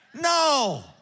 no